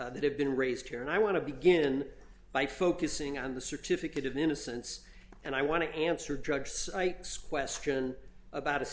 that have been raised here and i want to begin by focusing on the certificate of innocence and i want to answer drugs sites question about a